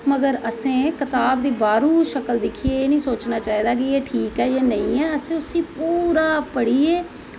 मगर असैं कताब दी बाह्रों शक्ल दिक्खियै असैं एह् नी सोचना चाही दा कि एह् ठीक ऐ नेंई ऐ अस उसी पूरा पढ़ियै